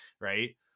right